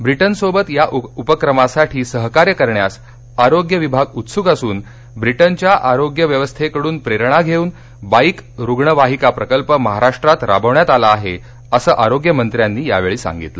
ब्रिटनसोबत या उपक्रमासाठी सहकार्य करण्यास आरोग्य विभाग उत्सुक असून ब्रिटनच्या आरोग्य व्यवस्थेकडून प्रेरणा घेऊन बाईक रुग्णवाहिका प्रकल्प महाराष्ट्रात राबविण्यात आला आहे असे आरोग्यमंत्र्यांनी यावेळी सांगितले